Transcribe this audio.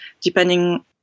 depending